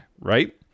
right